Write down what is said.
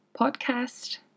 podcast